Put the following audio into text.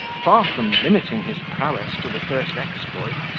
far from limiting his prowess to the first exploit,